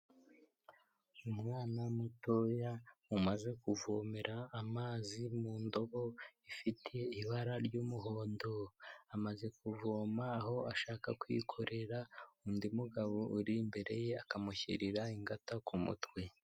Umwana mutoya umaze kuvomera amazi mu ndobo ifite ibara ry'umuhondo. Amaze kuvoma aho ashaka kwikorera undi mugabo uri imbere ye akamushyirira ingata ku mutwe.